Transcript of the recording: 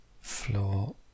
floor